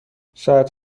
ساعت